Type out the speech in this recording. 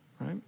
right